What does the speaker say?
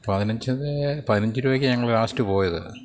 പതിനെഞ്ചൊക്കെ പതിനഞ്ച് രൂപയ്ക്കാണ് ഞങ്ങള് ലാസ്റ്റ് പോയത്